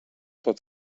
pot